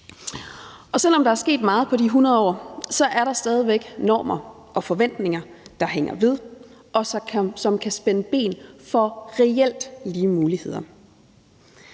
af. Selv om der er sket meget på de 100 år, er der stadig væk normer og forventninger, der hænger ved, og som kan spænde ben for reelt lige muligheder.